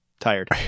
tired